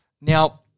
Now